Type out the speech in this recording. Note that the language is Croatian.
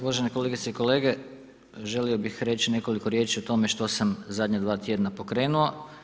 Uvažene kolegice i kolege, želio bih reći nekoliko riječi o tome što sam zadnja dva tjedna pokrenuo.